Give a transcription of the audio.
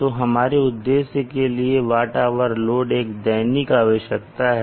तो हमारे उद्देश्य के लिए WH load एक दैनिक आवश्यकता है